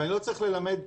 ואני לא צריך ללמד,